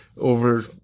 over